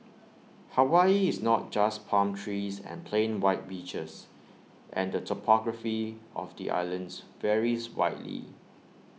Hawaii is not just palm trees and plain white beaches and the topography of the islands varies widely